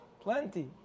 plenty